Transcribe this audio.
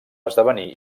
esdevenir